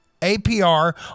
APR